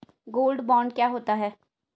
Gold bond क्या होता है?